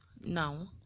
Now